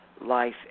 life